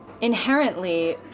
inherently